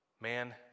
Man